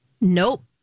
nope